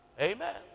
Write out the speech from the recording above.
Amen